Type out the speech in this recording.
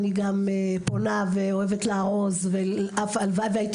אני גם פונה ואוהבת לארוז והלוואי והייתי